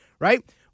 right